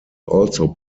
also